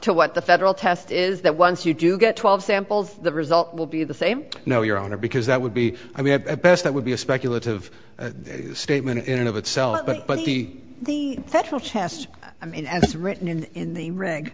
to what the federal test is that once you do get twelve samples the result will be the same no your honor because that would be i may have at best that would be a speculative statement in and of itself but by the federal test i mean as written in the r